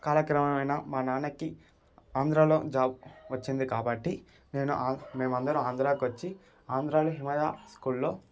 కార్యక్రమమైన మా నాన్నకి ఆంధ్రాలో జాబ్ వచ్చింది కాబట్టి నేను మేమందరం ఆంధ్రాకు వచ్చి ఆంధ్రాలో హిమజ స్కూల్లో